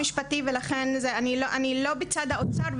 אני לא בצד האוצר,